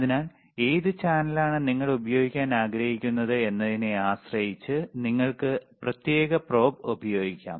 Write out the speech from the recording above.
അതിനാൽ ഏത് ചാനലാണ് നിങ്ങൾ ഉപയോഗിക്കാൻ ആഗ്രഹിക്കുന്നത് എന്നതിനെ ആശ്രയിച്ച് നിങ്ങൾക്ക് പ്രത്യേക probe ഉപയോഗിക്കാം